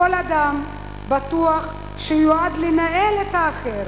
כל אדם בטוח שיועד לנהל את האחר,